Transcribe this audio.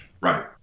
Right